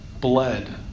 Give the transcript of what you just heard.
bled